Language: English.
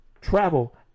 travel